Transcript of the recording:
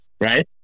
Right